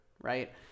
right